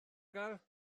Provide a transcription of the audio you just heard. gael